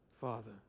Father